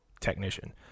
technician